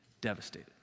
devastated